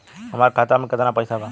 हमरा खाता मे केतना पैसा बा?